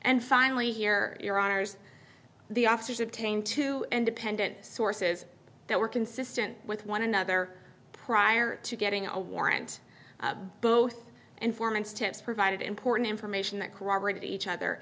and finally here your honour's the officers obtained two independent sources that were consistent with one another prior to getting a warrant both and for months tips provided important information that corroborate each other